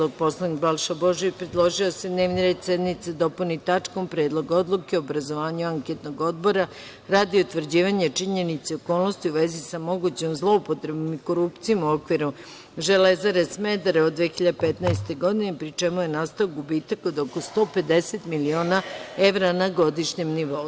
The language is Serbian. Narodni poslanik Balša Božović predložio je da se dnevni red sednice dopuni tačkom – Predlog odluke o obrazovanju anketnog odbora radi utvrđivanja činjenica i okolnosti u vezi sa mogućnom zloupotrebom i korupcijom u okviru Železare Smederevo 2015. godine, pri čemu je nastao gubitak od oko 150 miliona evra na godišnjem nivou.